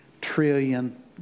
trillion